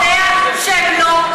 אומר לך שלא.